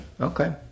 okay